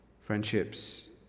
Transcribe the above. friendships